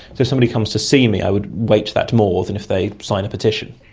if somebody comes to see me i would weight that more than if they sign a petition.